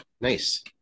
Nice